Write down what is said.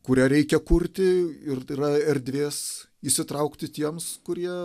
kurią reikia kurti ir yra erdvės įsitraukti tiems kurie